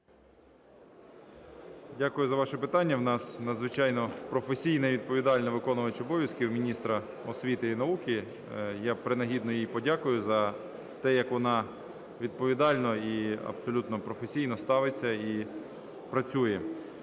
Дякую за ваше питання. У нас надзвичайно професійна і відповідальна виконувач обов'язків міністра освіти і науки. Я принагідно їй подякую за те, як вона відповідально і абсолютно професійно ставиться і працює.